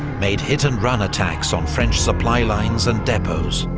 made hit and run attacks on french supply lines and depots,